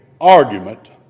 argument